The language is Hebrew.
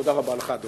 תודה רבה לך, אדוני.